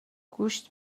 گوشت